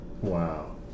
Wow